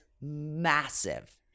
massive